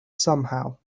somehow